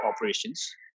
operations